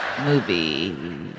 movie